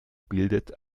bildet